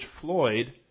Floyd